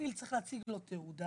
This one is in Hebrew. המפעיל צריך להציג לו תעודה